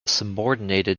subordinated